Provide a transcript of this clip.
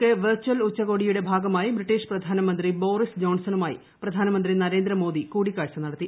K virtual ഉച്ചകോടിയുടെ ഭാഗമായി British പ്രധാനമന്ത്രി ബോറിസ് ജോൺസണുമായി പ്രധാനമന്ത്രി നരേന്ദ്രമോദി കൂടിക്കാഴ്ച നടത്തി